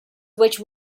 which